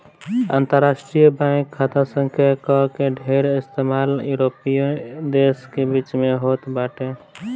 अंतरराष्ट्रीय बैंक खाता संख्या कअ ढेर इस्तेमाल यूरोपीय देस के बीच में होत बाटे